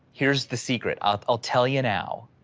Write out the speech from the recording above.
here's the secret, i'll i'll tell you now.